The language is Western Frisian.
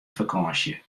fakânsje